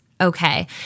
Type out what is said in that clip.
Okay